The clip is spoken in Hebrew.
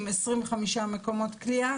25 מקומות כליאה.